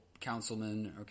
councilman